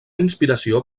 inspiració